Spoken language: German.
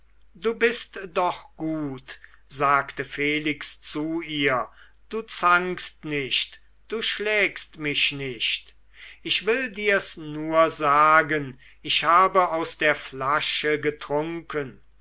du bist doch gut sagte felix zu ihr du zankst nicht du schlägst mich nicht ich will dir's nur sagen ich habe aus der flasche getrunken